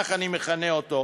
כך אני מכנה אותו,